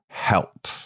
help